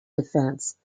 defense